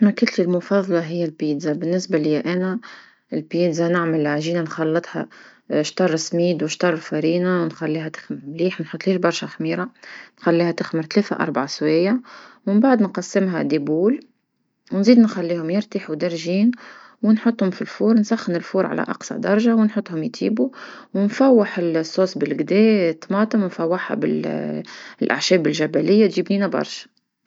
مكلتي المفضلة هي البيتزا بالنسبة لي انا البيتزا نعمل العجينة نخلطها شطر سميد وشطر فارينة نخليها تخمر مليح ما نحطليش برشا خميرة، نخليها تخمر ثلاثة اربعة سوايع، من بعد نقسمها أطراف ونزيد نخليهم يرتاحوا درجين ونحطهم في الفرن نسخن الفرن على أقصى درجة ونحطهم يطيبو ونفوح الصوص بلقدا طماطم نفوحها الأعشاب الجبلية تجي بنينة برشا.